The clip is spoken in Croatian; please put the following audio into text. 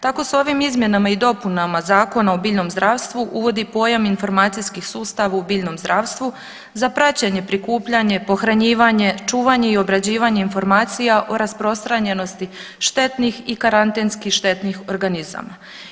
Tako se ovim izmjenama i dopunama Zakona o biljnom zdravstvu uvodi pojam informacijski sustav u biljnom zdravstvu za praćenje, prikupljanje, pohranjivanje, čuvanje i obrađivanje informacija o rasprostranjenosti štetnih i karantenski štetnih organizama.